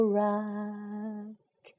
rock